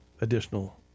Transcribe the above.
additional